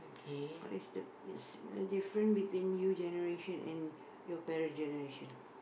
what is the yes uh different between new generation and your parent generation